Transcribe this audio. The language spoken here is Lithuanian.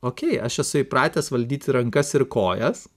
okei aš esu įpratęs valdyti rankas ir kojas